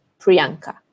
Priyanka